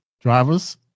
drivers